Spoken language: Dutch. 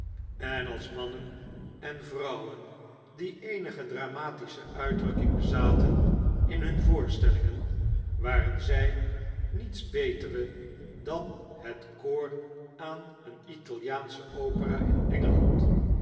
en als mannen en vrouwen die eenige dramatische uitdrukking bezateninhun voorstellingen waren zy niets betere dan het koor aan een italiaansche opera in engeland